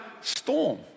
storm